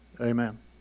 Amen